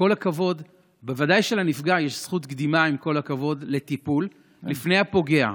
בוודאי שלנפגע יש זכות קדימה לטיפול לפני הפוגע.